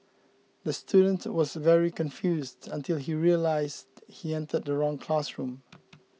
the student was very confused until he realised he entered the wrong classroom